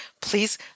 Please